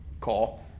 call